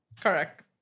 Correct